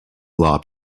law